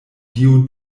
dio